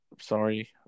Sorry